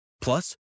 Plus